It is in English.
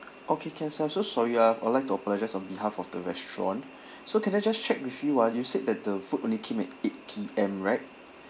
okay can sir I'm so sorry ya I'd like to apologise on behalf of the restaurant so can I just check with you ah you said that the food only came at eight P_M right